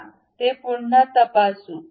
चला ते पुन्हा तपासू